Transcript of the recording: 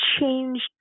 changed